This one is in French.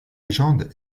légende